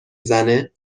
زنه